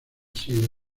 sido